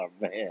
man